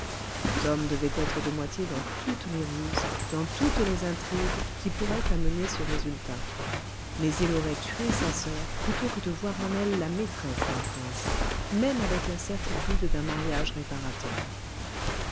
tom devait être de moitié dans toutes les ruses dans toutes les intrigues qui pourraient amener ce résultat mais il aurait tué sa soeur plutôt que de voir en elle la maîtresse d'un prince même avec la certitude d'un mariage réparateur